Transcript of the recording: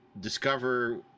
discover